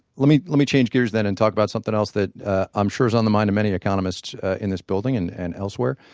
let me let me change gears then and talk about something else that i'm sure is on the mind of many economists in this building and and elsewhere.